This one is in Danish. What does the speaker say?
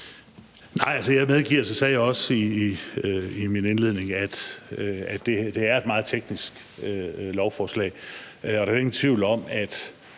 indledning – at det er et meget teknisk lovforslag.